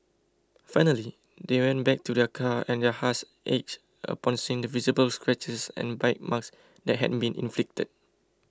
finally they went back to their car and their hearts ached upon seeing the visible scratches and bite marks that had been inflicted